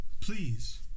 please